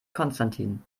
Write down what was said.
konstantin